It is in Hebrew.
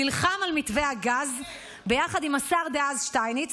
נלחם על מתווה הגז ביחד עם השר דאז שטייניץ